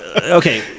Okay